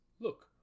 Look